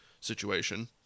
situation